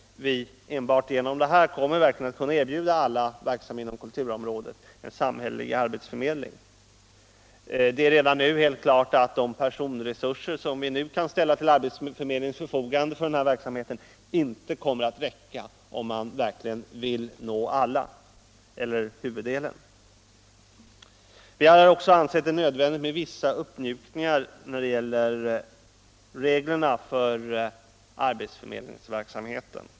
Enbart genom detta förslag kommer man inte att kunna erbjuda alla som är verksamma 117 inom kulturområdet en samhällelig arbetsförmedling. Det är redan helt - klart att de personresurser som nu kan ställas till arbetsförmedlingarnas förfogande för denna verksamhet inte kommer att räcka, om man vill nå alla — eller huvuddelen. Vi har från utskottets sida också ansett det nödvändigt med vissa uppmjukningar i fråga om reglerna för arbetsförmedlingsverksamheten.